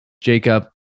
Jacob